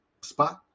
spot